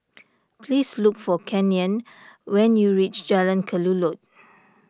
please look for Canyon when you reach Jalan Kelulut